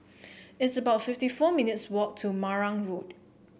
it's about fifty four minutes' walk to Marang Road